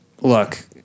look